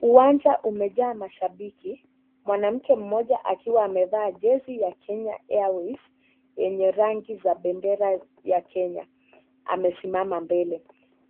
Uwanja umejaa mashabiki, mwanamke mmoja akiwa amevaa jezi ya Kenya Airways; yenye rangi za bendera ya Kenya, amesimama mbele.